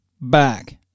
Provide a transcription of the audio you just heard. back